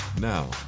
Now